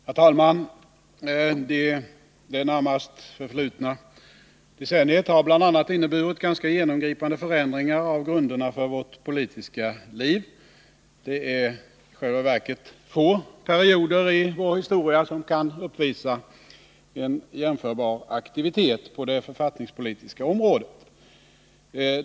Herr talman! Det närmast förflutna decenniet har bl.a. inneburit ganska genomgripande förändringar av grunderna för vårt politiska liv. Det är i själva verket få perioder i vår historia som kan uppvisa en jämförbar aktivitet på det författningspolitiska området.